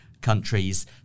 countries